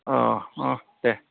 अ अ देह देह